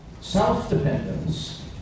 self-dependence